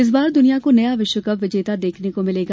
इस बार दुनिया को नया विश्वकप विजेता देखने को मिलेगा